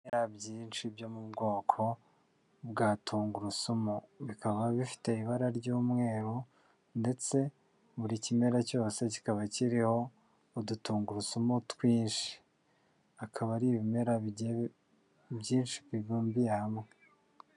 Ibimera byinshi byo mu bwoko bwa tungurusumu bikaba bifite ibara ry'umweru ndetse buri kimera cyose kikaba kiriho udutungurusumu twinshi, akaba ari ibimera byinshi bibumbiye hamwe.